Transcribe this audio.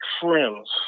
friends